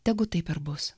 tegu taip ir bus